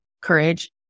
courage